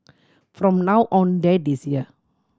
from now on dad is here